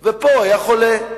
ופה הוא היה חולה.